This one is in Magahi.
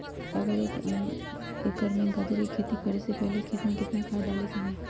अगर एक एकर में गाजर के खेती करे से पहले खेत में केतना खाद्य डाले के होई?